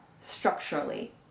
structurally